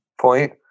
point